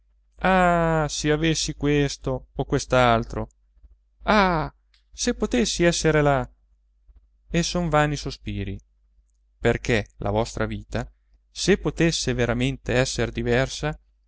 ah se avessi questo o quest'altro ah se potessi esser là e son vani sospiri perché la vostra vita se potesse veramente esser diversa